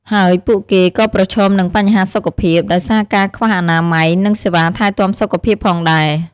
ហើយពួកគេក៏ប្រឈមនឹងបញ្ហាសុខភាព ដោយសារការខ្វះអនាម័យ និងសេវាថែទាំសុខភាពផងដែរ។